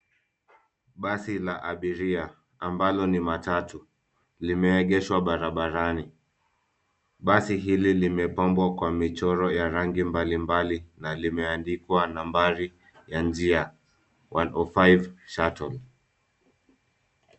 Basi la abiria ambalo ni matatu, lime egeshwa barabarani. Badi hili lime pambwa kwa michoro ya rangi mbalimbali na lime andikwa nambari ya njia 105 shuttle .